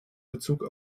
bezug